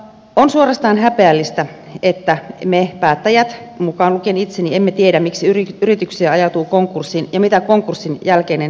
on suorastaan häpeällistä että me päättäjät mukaan lukien itseni emme tiedä miksi yrityksiä ajautuu konkurssiin ja mitä konkurssin jälkeinen elämä on